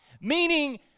Meaning